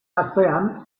atzean